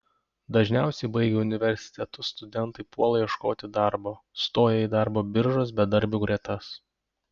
dažniausiai baigę universitetus studentai puola ieškoti darbo stoja į darbo biržos bedarbių gretas